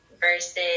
versus